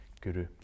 guru